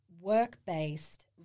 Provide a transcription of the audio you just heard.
work-based